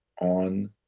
on